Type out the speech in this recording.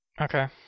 okay